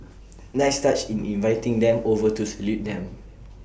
nice touch in inviting them over to salute them